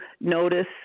notice